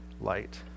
Light